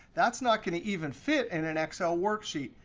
that's not going to even fit in an excel worksheet.